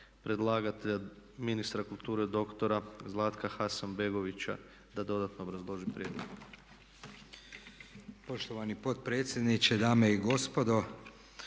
predlagatelja, ministra kulture doktora Zlatka Hasanbegovića da dodatno obrazloži prijedlog. **Hasanbegović, Zlatko